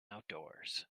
outdoors